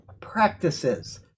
practices